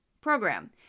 program